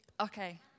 Okay